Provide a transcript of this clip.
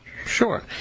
Sure